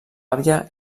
àvia